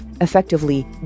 effectively